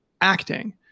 acting